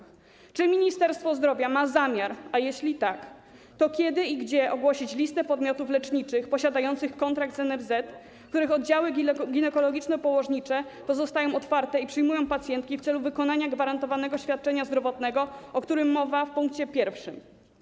Czy Ministerstwo Zdrowia ma zamiar, a jeśli tak, to kiedy i gdzie, ogłosić listę podmiotów leczniczych posiadających kontrakt z NFZ, których oddziały ginekologiczno-położnicze pozostają otwarte i przyjmują pacjentki w celu wykonania gwarantowanego świadczenia zdrowotnego, o którym mowa w pkt 1?